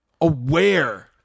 aware